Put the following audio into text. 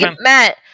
Matt